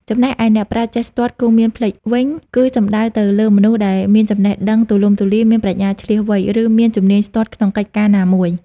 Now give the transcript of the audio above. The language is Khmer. ចំណែកឯ អ្នកប្រាជ្ញចេះស្ទាត់គង់មានភ្លេច វិញ គឺសំដៅទៅលើមនុស្សដែលមានចំណេះដឹងទូលំទូលាយ មានប្រាជ្ញាឈ្លាសវៃ ឬមានជំនាញស្ទាត់ក្នុងកិច្ចការណាមួយ។